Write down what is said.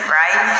right